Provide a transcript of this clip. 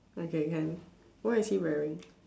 okay can what is he wearing